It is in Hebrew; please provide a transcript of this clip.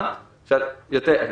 יותר.